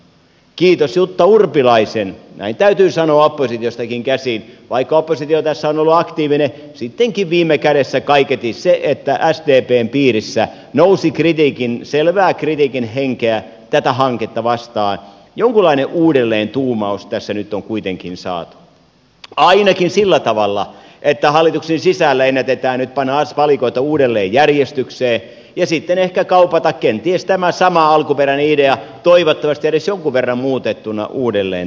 kiitos jutta urpilaisen näin täytyy sanoa oppositiostakin käsin vaikka oppositio tässä on ollut aktiivinen sittenkin viime kädessä kaiketi sen kautta että sdpn piirissä nousi selvää kritiikin henkeä tätä hanketta vastaan jonkinlainen uudelleentuumaus tässä nyt on kuitenkin saatu ainakin sillä tavalla että hallituksen sisällä ennätetään nyt panna valikoita uudelleen järjestykseen ja sitten ehkä kaupata kenties tämä sama alkuperäinen idea toivottavasti edes jonkin verran muutettuna uudelleen tuonne kentälle